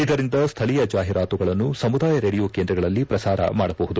ಇದರಿಂದ ಸ್ವೀಯ ಜಾಹಿರಾತುಗಳನ್ನು ಸಮುದಾಯ ರೇಡಿಯೋ ಕೇಂದ್ರಗಳಲ್ಲಿ ಶ್ರಸಾರ ಮಾಡಬಹುದು